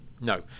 No